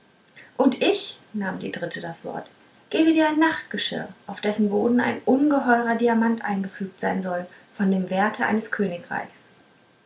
und ich nahm die dritte das wort gebe dir ein nachtgeschirr auf dessen boden ein ungeheurer diamant eingefügt sein soll von dem werte eines königsreichs